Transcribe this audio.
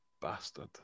Bastard